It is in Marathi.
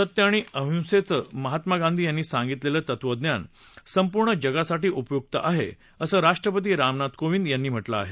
सत्य आणि अहिंसेचं महात्मा गांधी यांनी सांगितलेलं तत्वज्ञान संपूर्ण जगासाठी उपयुक्त आहे असं राष्ट्रपती रामनाथ कोविंद यांनी म्हटलं आहे